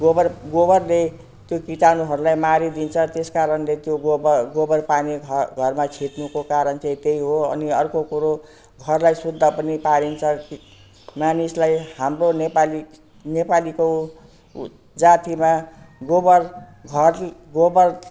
गोबर गोबरले त्यो कीटाणुहरलाई मारिदिन्छ त्यसकारणले त्यो गोबर गोबर पानी घ घरमा छिट्नुको कारण चाहिँ त्यही हो अनि अर्को कुरो घरलाई शुद्ध पनि पारिन्छ मानिसलाई हाम्रो नेपाली नेपालीको जातिमा गोबर घर गोबर